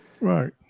Right